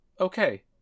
okay